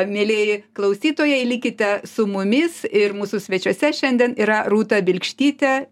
mielieji klausytojai likite su mumis ir mūsų svečiuose šiandien yra rūta bilkštytė